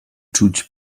czuć